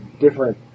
different